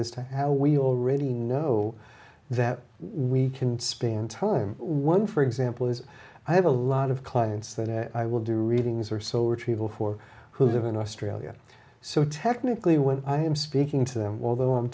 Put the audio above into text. as to how we already know that we can span time one for example is i have a lot of clients that i will do readings or so retrieval for who live in australia so technically when i am speaking to them although i'm